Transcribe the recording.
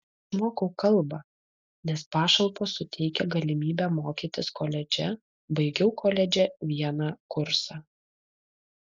išmokau kalbą nes pašalpos suteikia galimybę mokytis koledže baigiau koledže vieną kursą